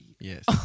Yes